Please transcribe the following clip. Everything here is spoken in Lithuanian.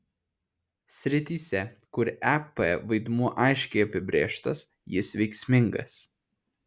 srityse kur ep vaidmuo aiškiai apibrėžtas jis veiksmingas